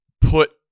put